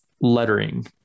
lettering